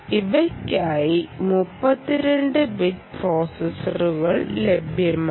ഇവയ്ക്കായി 32 bit പ്രോസസറുകൾ ലഭ്യമാണ്